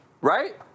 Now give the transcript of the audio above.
right